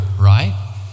right